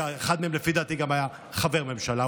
אחד מהם לפי דעתי גם היה חבר ממשלה,